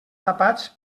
tapats